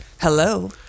Hello